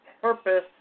purpose